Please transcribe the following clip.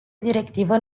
directivă